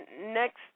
next